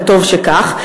וטוב שכך.